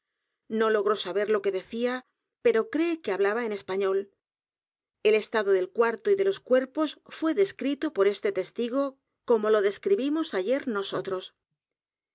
no logró saber lo que decía pero cree que hablaba en español el estado del cuarto y de los cuerpos fué descrito por este testigo como lo describimos ayer nosotros